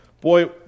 Boy